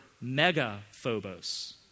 mega-phobos